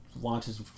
launches